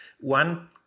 one